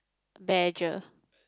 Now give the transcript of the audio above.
badger